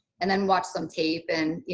and then watch some tape, and, you